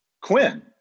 Quinn